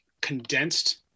condensed